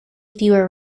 fewer